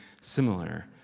similar